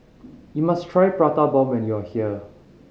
you must try Prata Bomb when you are here